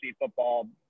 football